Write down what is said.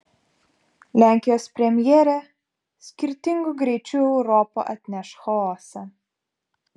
lenkijos premjerė skirtingų greičių europa atneš chaosą